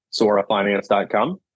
sorafinance.com